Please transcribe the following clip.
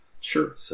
Sure